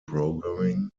programming